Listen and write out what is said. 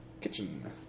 kitchen